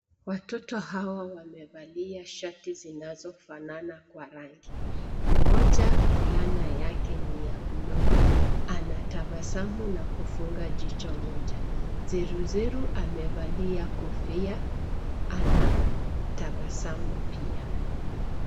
Watoto hawa wamevalia shati zinazo fanana kwa rangi mmoja fulana yake niya bluu anatabasamu na kufunga jicho moja zeru zeru amevalia kofia ana tabasamu pia.